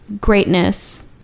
greatness